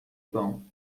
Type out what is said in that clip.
pão